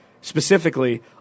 specifically